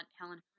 Helen